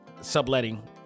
subletting